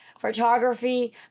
photography